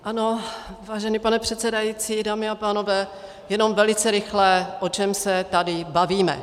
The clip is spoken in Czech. Ano, vážený pane předsedající, dámy a pánové, jenom velice rychle, o čem se tady bavíme.